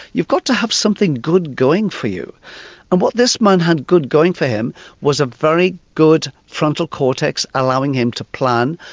you've got to have something good going for you and what this man had good going for him was a very good frontal cortex allowing him to plan,